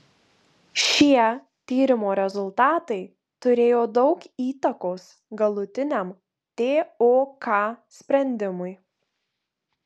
šie tyrimo rezultatai turėjo daug įtakos galutiniam tok sprendimui